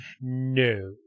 No